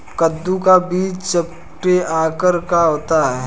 कद्दू का बीज चपटे आकार का होता है